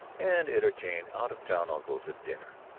and entertain out-of town uncles at dinner.